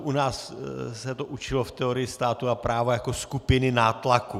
U nás se to učilo v teorii státu a práva jako skupiny nátlaku.